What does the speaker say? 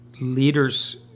leaders